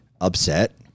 upset